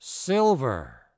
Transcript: silver